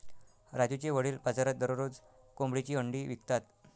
राजूचे वडील बाजारात दररोज कोंबडीची अंडी विकतात